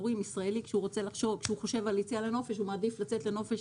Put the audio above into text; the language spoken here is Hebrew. כאשר ישראלי חושב על יציאה לנופש הוא מעדיף לצאת לנופש